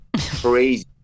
crazy